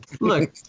Look